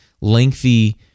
lengthy